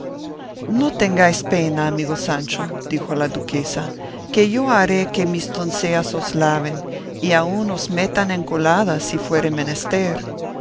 no tengáis pena amigo sancho dijo la duquesa que yo haré que mis doncellas os laven y aun os metan en colada si fuere menester